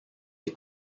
des